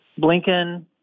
Blinken